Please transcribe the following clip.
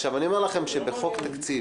עכשיו אני אומר לכם שבחוק התקציב,